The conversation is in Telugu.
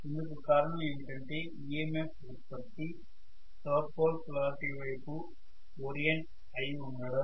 ఇందుకు కారణం ఏమిటంటే EMFఉత్పత్తి సౌత్ పోల్ పొలారిటీ వైపు ఓరియంట్ అయి ఉంటుంది